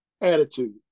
attitude